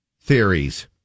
theories